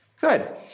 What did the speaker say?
Good